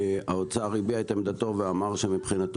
האוצר הביע את עמדתו ואמר שמבחינתו